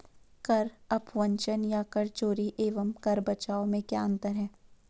कर अपवंचन या कर चोरी एवं कर बचाव में क्या अंतर है?